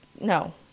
no